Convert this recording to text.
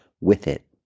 with-it